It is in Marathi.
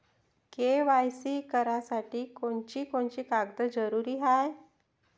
के.वाय.सी करासाठी कोनची कोनची कागद जरुरी हाय?